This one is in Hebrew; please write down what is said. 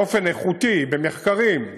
באופן איכותי, במחקרים,